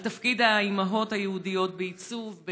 על התפקיד של האימהות היהודיות בעיצוב,